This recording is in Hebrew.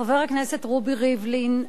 חבר הכנסת רובי ריבלין,